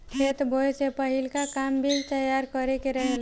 खेत बोए से पहिलका काम बीज तैयार करे के रहेला